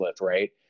right